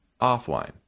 offline